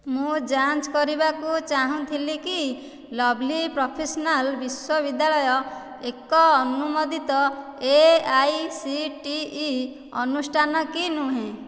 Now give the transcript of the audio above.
ମୁଁ ଯାଞ୍ଚ କରିବାକୁ ଚାହୁଁଥିଲି କି ଲଭ୍ଲି ପ୍ରଫେସନାଲ୍ ବିଶ୍ୱବିଦ୍ୟାଳୟ ଏକ ଅନୁମୋଦିତ A I C T E ଅନୁଷ୍ଠାନ କି ନୁହେଁ